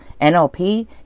NLP